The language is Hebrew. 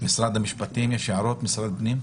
יש הערות למשרד המשפטים או למשרד הפנים?